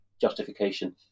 justification